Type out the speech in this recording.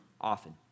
often